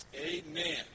Amen